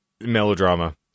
melodrama